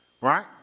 right